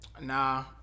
Nah